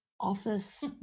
office